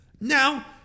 Now